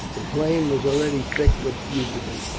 the plain was already thick with fugitives,